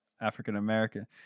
African-American